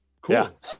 Cool